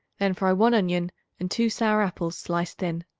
then fry one onion and two sour apples sliced thin.